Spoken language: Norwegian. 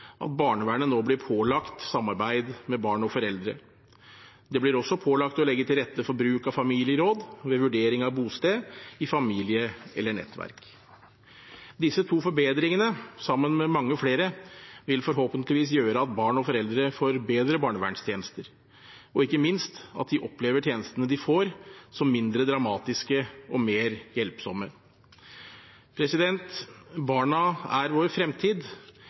at barnevernet nå blir pålagt samarbeid med barn og foreldre. Det blir også pålagt å legge til rette for bruk av familieråd ved vurdering av bosted i familie eller nettverk. Disse to forbedringene, sammen med mange flere, vil forhåpentligvis gjøre at barn og foreldre får bedre barnevernstjenester, og ikke minst at de opplever tjenestene de får, som mindre dramatiske og mer hjelpsomme. Barna er vår fremtid.